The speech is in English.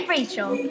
Rachel